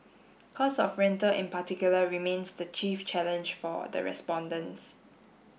cost of rental in particular remains the chief challenge for the respondents